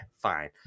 fine